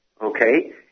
okay